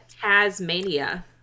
tasmania